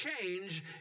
change